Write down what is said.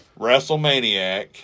WrestleManiac